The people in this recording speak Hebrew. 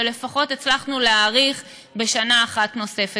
ולפחות הצלחנו להאריך בשנה אחת נוספת.